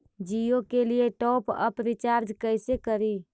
जियो के लिए top up recharge कैसे करी?